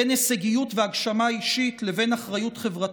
בין הישגיות והגשמה אישית לבין אחריות חברתית,